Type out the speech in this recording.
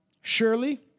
Surely